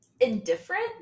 indifferent